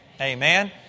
Amen